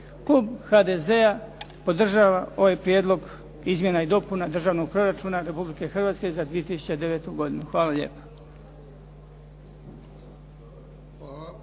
Klub HDZ-a podržava ovaj Prijedlog izmjena i dopuna Državnog proračuna Republike Hrvatske za 2009. godinu. Hvala lijepa.